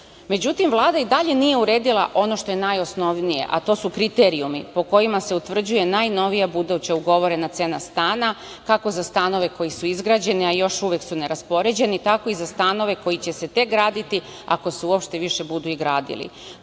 Vlada i dalje nije uredila ono što je najosnovnije, a to su kriterijumi po kojima se utvrđuje najnovija buduća ugovorena cena stana, kako za stanove koji su izgrađeni, a još uvek su neraspoređeni, tako i za stanove koji će se tek graditi, ako se uopšte više budu i gradili.